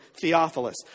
Theophilus